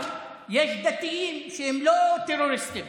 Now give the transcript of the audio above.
אבל יש דתיים שהם לא טרוריסטים.